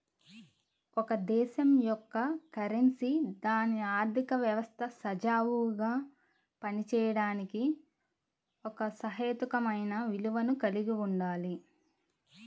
ఒక దేశం యొక్క కరెన్సీ దాని ఆర్థిక వ్యవస్థ సజావుగా పనిచేయడానికి ఒక సహేతుకమైన విలువను కలిగి ఉండాలి